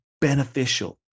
beneficial